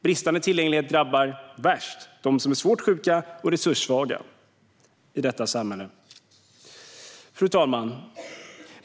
Bristande tillgänglighet drabbar dem som är svårt sjuka och resurssvaga i samhället värst. Fru talman!